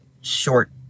short